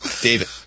David